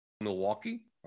Milwaukee